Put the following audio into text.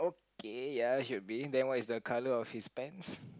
K ya should be then what is the colour of his pants